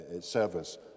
service